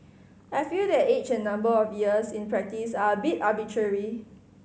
I feel that age and number of years in practice are a bit arbitrary